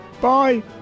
Bye